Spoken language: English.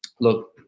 look